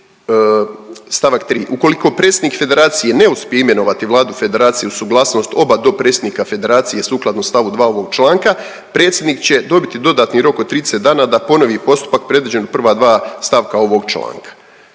„ukoliko predsjednik Federacije ne uspije imenovati Vladu Federacije uz suglasnost oba dopredsjednika Federacije sukladno st. 2. ovog članka, predsjednik će dobiti dodatni rok od 30 dana da ponovi postupak predviđen u prva dva stavka ovog članka“.